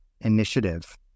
initiative